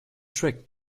trick